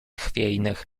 chwiejnych